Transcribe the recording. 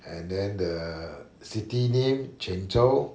and then the city name quanzhou